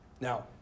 Now